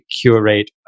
curate